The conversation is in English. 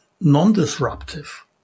non-disruptive